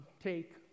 take